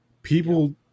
People